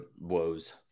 woes